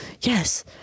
yes